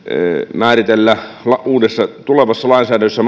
määritellä uudessa tulevassa lainsäädännössä